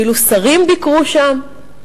אפילו שרים ביקרו שם,